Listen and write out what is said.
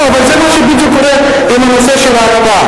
לא, אבל זה בדיוק מה שקורה עם הנושא של ההקפאה.